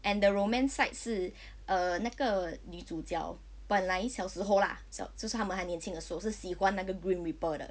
and the romance side 是 uh 那个女主角本来小时候 lah 小就是他们还年轻的时候是喜欢那个 grim reaper 的